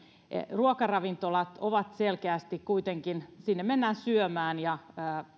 ruokaravintolat ovat kuitenkin selkeästi sellaisia että sinne mennään syömään ja